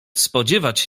spodziewać